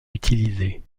utilisés